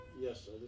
Yes